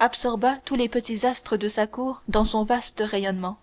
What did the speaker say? absorba tous les petits astres de sa cour dans son vaste rayonnement